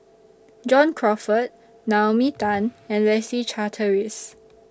John Crawfurd Naomi Tan and Leslie Charteris